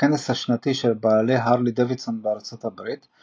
בכנס השנתי של בעלי הרלי-דייווידסון בארצות הברית,